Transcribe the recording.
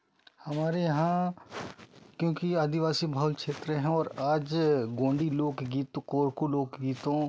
हमारे यहाँ क्योंकि आदिवासी बहुल क्षेत्र हैं और आज गोंडी लोक गीत को को लोक गीतों